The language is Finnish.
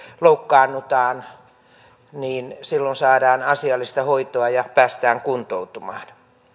loukkaannutaan saadaan asiallista hoitoa ja päästään kuntoutumaan